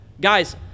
Guys